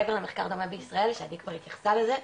מעבר למחקר דומה בישראל, שעדי כבר התייחסה לזה,